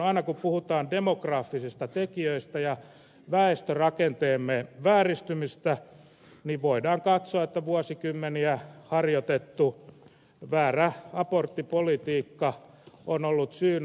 aina kun puhutaan demografisista tekijöistä ja väestörakenteemme vääristymistä voidaan katsoa että vuosikymmeniä harjoitettu väärä aborttipolitiikka on ollut syynä